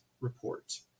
report